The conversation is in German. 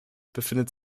befindet